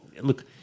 look